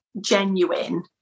genuine